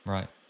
Right